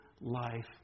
life